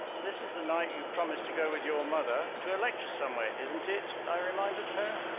this is the night you promised to go with your mother to a lecture somewhere, isn't it? i reminded her.